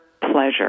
pleasure